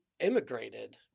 Immigrated